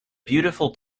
beautiful